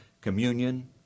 communion